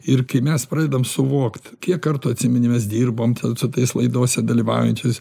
ir kai mes pradedam suvokt kiek kartų atsimeni mes dirbom ten su tais laidose dalyvaujančiais